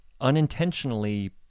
unintentionally